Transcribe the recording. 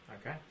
Okay